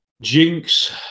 Jinx